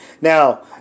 Now